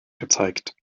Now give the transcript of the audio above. gezeigt